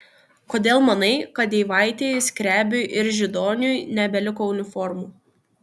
kodėl manai kad eivaitei skrebiui ir židoniui nebeliko uniformų